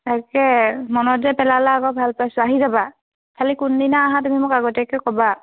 তাকে মনত যে পেলালা আকৌ ভাল পাইছোঁ আহি যাবা খালি কোনদিনা আহা তুমি মোক আগতীয়াকে ক'বা